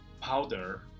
powder